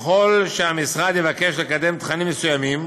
ככל שהמשרד יבקש לקדם תכנים מסוימים,